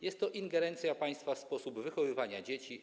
Jest to ingerencja państwa w sposób wychowywania dzieci.